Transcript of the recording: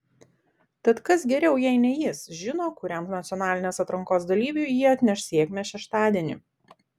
tad kas geriau jei ne jis žino kuriam nacionalinės atrankos dalyviui ji atneš sėkmę šeštadienį